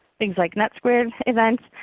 things like net squared events,